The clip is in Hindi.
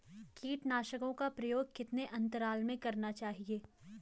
कीटनाशकों का प्रयोग कितने अंतराल में करना चाहिए?